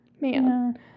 man